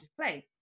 play